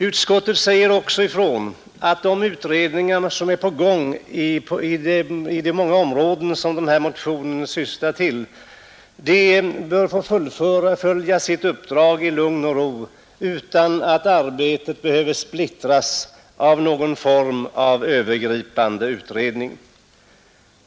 Utskottet säger också ifrån att de utredningar som pågår inom de många områden som motionen syftar på bör få fullfölja sin uppgift i lugn och ro utan att arbetet splittras av någon övergripande utredning.